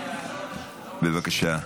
בבקשה.